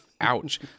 Ouch